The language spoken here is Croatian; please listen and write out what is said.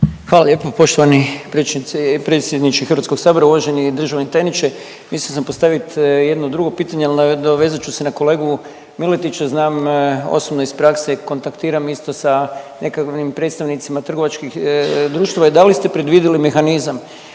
Hvala lijepo poštovani predsjedniče HS-a, uvaženi državni tajniče. Mislio sam postaviti jedno drugo pitanje, ali nadovezat ću se na kolegu Miletića, znam osobno iz prakse i kontaktiram isto sa nekakvim predstavnicima trgovačkih društava i da li ste predvidjeli mehanizam,